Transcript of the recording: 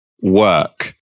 work